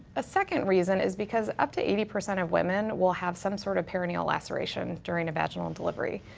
a second reason is because up to eighty percent of women will have some sort of perineal laceration during a vaginal delivery.